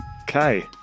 okay